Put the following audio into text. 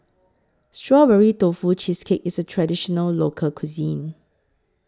Strawberry Tofu Cheesecake IS A Traditional Local Cuisine